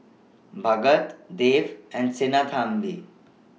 Bhagat Dev and Sinnathamby